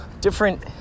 different